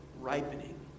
ripening